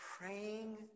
praying